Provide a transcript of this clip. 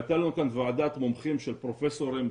והייתה לנו ועדת מומחים של פרופסורים,